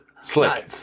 Slick